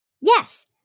Yes